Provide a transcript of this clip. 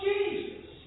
Jesus